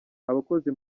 abakozi